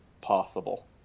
possible